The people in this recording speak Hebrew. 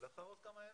לאחר עוד כמה ימים.